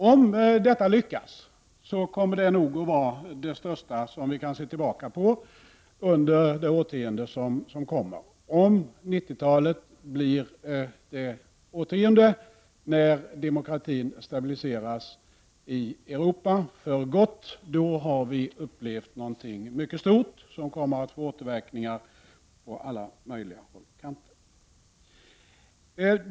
Om detta lyckas kommer det nog att vara det största som vi kan se tillbaka på under det årtionde som kommer. Om 90-talet blir det årtionde när demokratin stabiliseras i Europa för gott har vi upplevt någonting mycket stort, som kommer att få återverkningar på alla möjliga håll och kanter.